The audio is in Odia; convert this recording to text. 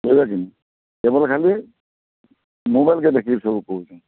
ହେଲାକି ତୁମର୍ ଖାଲି ମୋବାଇଲ୍କେ ଦେଖିକି ସବୁ କହୁଛନ୍